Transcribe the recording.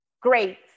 great